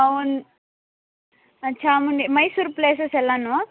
ಒಂದು ಚಾಮುಂಡಿ ಮೈಸೂರು ಪ್ಲೇಸಸ್ ಎಲ್ಲನು